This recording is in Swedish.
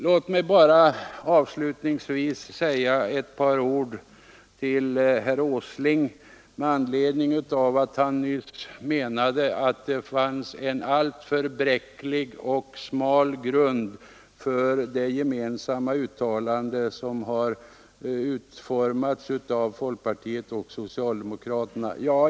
Låt mig bara avslutningsvis säga några ord till herr Åsling med anledning av att han nyss menade att det fanns en alltför bräcklig och smal grund för det gemensamma uttalande som har utformats av folkpartiet och socialdemokraterna.